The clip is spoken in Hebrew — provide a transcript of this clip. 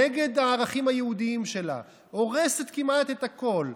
נגד הערכים היהודיים שלה, הורסת כמעט את הכול.